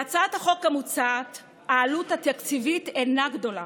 בהצעת החוק המוצעת העלות התקציבית אינה גדולה,